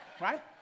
right